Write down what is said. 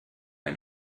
ein